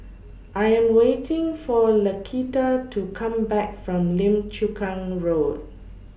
I Am waiting For Laquita to Come Back from Lim Chu Kang Road